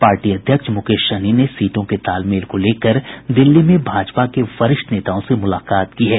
party अध्यक्ष मुकेश सहनी ने सीटों के तालमेल को लेकर दिल्ली में भारतीय जनता पार्टी के वरिष्ठ नेताओं से मुलाकात की है